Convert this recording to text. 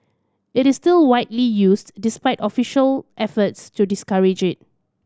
it is still widely used despite official efforts to discourage it